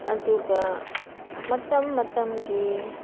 ꯑꯗꯨꯒ ꯃꯇꯝ ꯃꯇꯝꯒꯤ